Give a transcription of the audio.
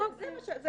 אוקיי.